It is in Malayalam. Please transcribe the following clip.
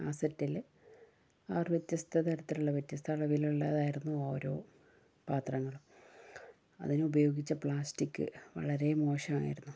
ആ സെറ്റില് ആറു വ്യത്യസ്ത തരത്തിലുള്ള വ്യത്യസ്ത അളവിലുള്ളതായിരുന്നു ഓരോ പാത്രങ്ങളും അതിനുപയോഗിച്ച പ്ലാസ്റ്റിക് വളരെ മോശായിരുന്നു